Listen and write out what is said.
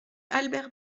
albert